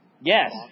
Yes